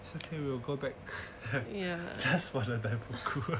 so you return back just for the